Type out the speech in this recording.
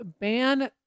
ban